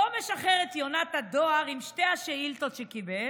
לא משחרר את יונת הדואר עם שתי השאילתות שקיבל.